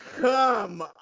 come